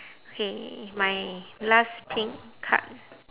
okay my last pink card